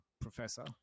Professor